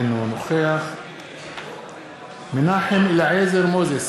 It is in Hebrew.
אינו נוכח מנחם אליעזר מוזס,